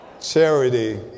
Charity